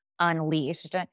Unleashed